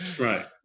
right